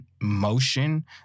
motion